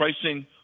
pricing